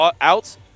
out